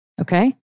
Okay